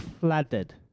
flooded